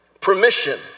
permission